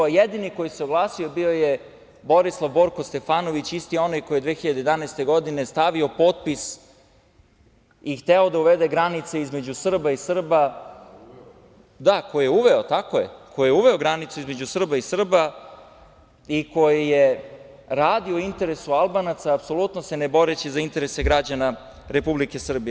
Jedini koji se oglasio bio je Borislav Borko Stefanović, isti onaj koji je 2011. godine stavio potpis i hteo da uvede granice između Srba i Srba, koji je uveo granicu između Srba i Srba i koji je radio u interesu Albanaca, apsolutno se ne boreći za interese građana Republike Srbije.